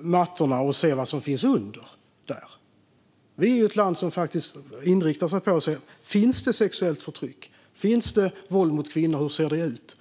mattorna och se vad som finns under. Sverige är ett land som inriktar sig på att se om det finns sexuellt förtryck och våld mot kvinnor och hur det ser ut.